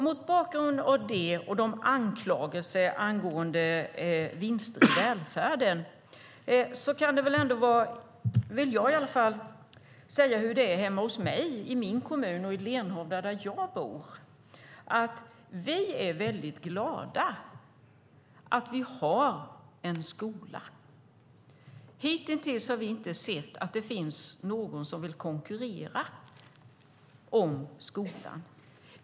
Mot bakgrund av det och anklagelserna angående vinster i välfärden vill jag säga hur det är hemma hos mig i Lenhovda där jag bor. Vi är väldigt glada att vi har en skola. Hitintills har vi inte sett att det finns någon som vill konkurrera om skolan.